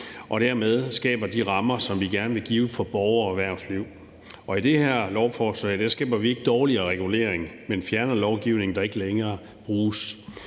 og dermed skaber de rammer, som vi gerne vil give for borgere og erhvervsliv. Og i det her lovforslag skaber vi ikke dårligere regulering, men fjerner lovgivning, der ikke længere bruges.